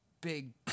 big